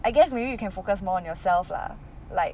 I guess maybe you can focus more on yourself lah like